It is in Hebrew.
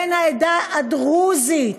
בן העדה הדרוזית,